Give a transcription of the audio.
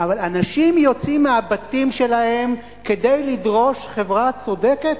אבל אנשים יוצאים מהבתים שלהם כדי לדרוש חברה צודקת?